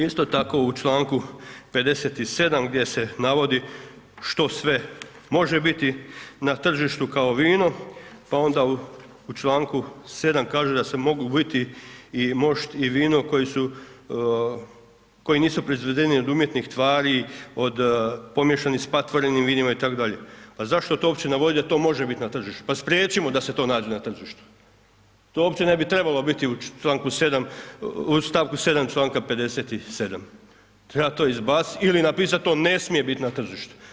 Isto tako u članku 57. gdje se navodi što sve može biti na tržištu kao vino, pa onda u članku 7. kaže da se mogu biti i mošt i vino koji su, koji nisu proizvedeni od umjetnih tvari, od pomiješanih sa patvorenim vinima, i tako dalje, pa zašto to opće navodit da to može bit na tržištu, pa spriječimo da se to nađe na tržištu, to opće ne bi trebalo biti u članku 7., u stavku 7. članka 57., treba to izbaciti, ili napisati to ne smije bit na tržištu.